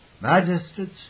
magistrates